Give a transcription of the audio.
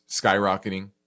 skyrocketing